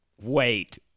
Wait